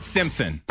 Simpson